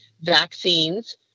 vaccines